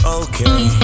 okay